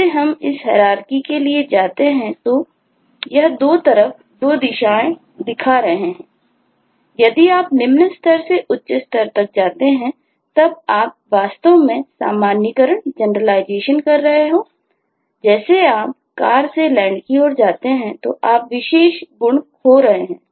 जैसे आप car से land की ओर जाते हैं तो आप विशेष गुण खो रहे हैं